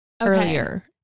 earlier